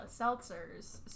seltzers